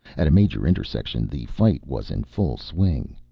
at a major intersection the fight was in full swing.